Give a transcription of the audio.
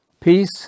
Peace